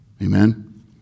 Amen